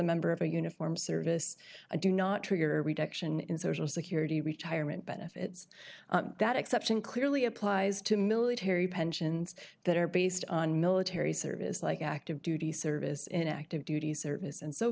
member of a uniform service i do not trigger a reduction in social security retirement benefits that exception clearly applies to military pensions that are based on military service like active duty service in active duty service and so